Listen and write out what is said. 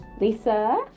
Lisa